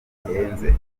budahenze